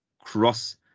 cross